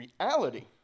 reality